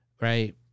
right